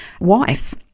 wife